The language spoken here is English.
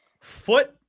foot